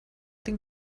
den